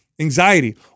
anxiety